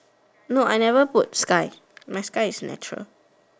no I never put sky my sky is natural